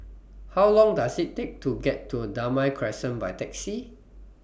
How Long Does IT Take to get to Damai Crescent By Taxi